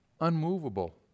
Unmovable